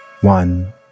one